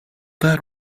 that